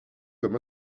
comme